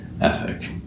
ethic